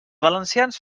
valencians